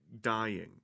dying